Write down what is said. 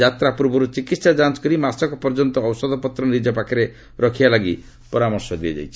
ଯାତ୍ରା ପୂର୍ବରୁ ଚିକିହା ଯାଞ୍ଚ କରି ମାସକ ପର୍ଯ୍ୟନ୍ତ ଔଷଧପତ୍ର ନିଜ ପାଖରେ ରଖିବା ପାଇଁ ପରାମର୍ଶ ଦିଆଯାଇଛି